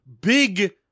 big